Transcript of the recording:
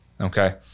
Okay